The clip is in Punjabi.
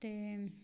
ਅਤੇ